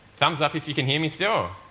thumbs up if you can hear me still.